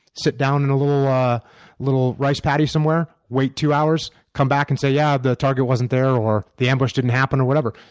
sit down in a little ah little rice patty somewhere, wait two hours, come back and say yeah, the target wasn't there or the ambush didn't happen or whatever.